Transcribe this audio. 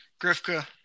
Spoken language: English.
Grifka